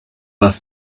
bus